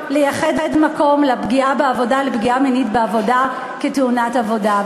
באה לייחד מקום לפגיעה מינית בעבודה כתאונת עבודה.